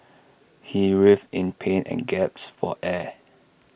he writhed in pain and gasped for air